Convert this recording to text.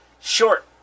short